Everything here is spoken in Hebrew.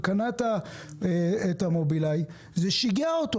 קנה את המובילאיי וזה שיגע אותו.